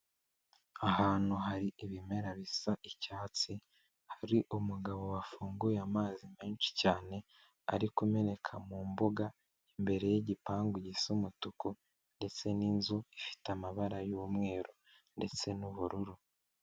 Ahantu hari ibimera bisa icyatsi hari umugabo wafunguye amazi menshi cyane ari kumeneka mu mbuga, imbere y'igipangu gisa umutuku ndetse n'inzu ifite amabara y'umweru ndetse n'ubururu.